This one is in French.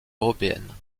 européenne